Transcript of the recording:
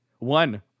One